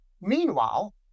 Meanwhile